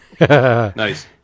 Nice